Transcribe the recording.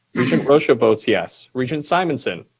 regent rosha votes yes. regent simonson?